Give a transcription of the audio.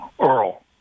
Earl